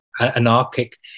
anarchic